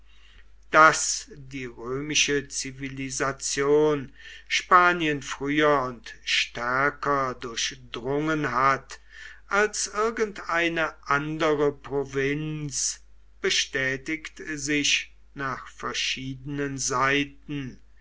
daß die römische zivilisation spanien früher und stärker durchdrungen hat als irgendeine andere provinz bestätigt sich nach verschiedenen seiten